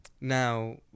Now